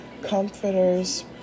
comforters